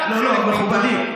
מכובדי,